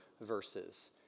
verses